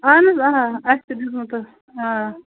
اَہَن حَظ آ اَسہِ تہِ دیٖتو تُہۍ آ